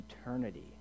eternity